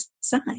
side